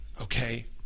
okay